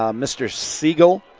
um mr siegel,